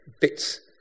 bits